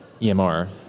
EMR